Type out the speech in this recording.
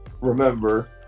remember